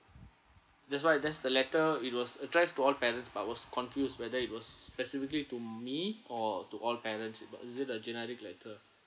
that's why there's the letter it was addressed to all parents but I was confused whether it was specifically to me or to all parents it but is it a generic letter